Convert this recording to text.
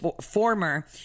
former